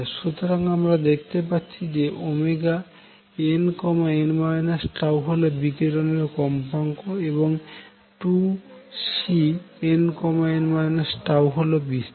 সুতরাং আমরা দেখতে পাচ্ছি যে nn τ হল বিকিরণের কম্পাঙ্ক এবং 2Cnn τ হল বিস্তার